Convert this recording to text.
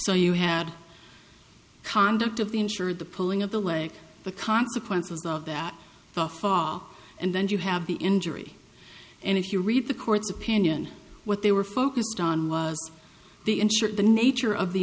so you had conduct of the insured the pulling of the way the consequences of that fall and then you have the injury and if you read the court's opinion what they were focused on was the ensure the nature of the